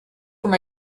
from